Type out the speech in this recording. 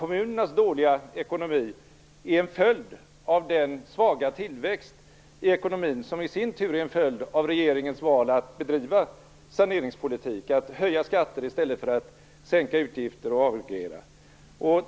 Kommunernas dåliga ekonomi är en följd av den svaga tillväxt i ekonomin som i sin tur är en följd av regeringens sätt att bedriva saneringspolitik, dvs. att höja skatter i stället för att sänka utgifter och avreglera.